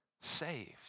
saved